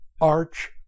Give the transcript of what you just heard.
arch